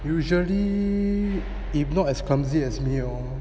usually if not as clumsy as me orh